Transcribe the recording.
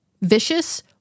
vicious